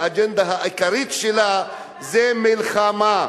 האג'נדה העיקרית שלה זה מלחמה.